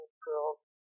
girls